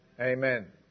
Amen